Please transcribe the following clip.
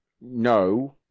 no